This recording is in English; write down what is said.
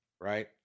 right